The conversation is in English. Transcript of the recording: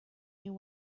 you